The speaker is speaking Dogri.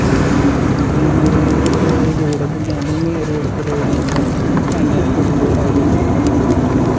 केईं बंदे उद्धर जिध्दर रोड़ उप्पर रेह्ड़ी लांदे ऐं N H forty four highway उप्पर